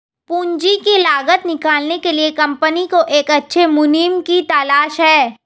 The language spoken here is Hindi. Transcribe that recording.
पूंजी की लागत निकालने के लिए कंपनी को एक अच्छे मुनीम की तलाश है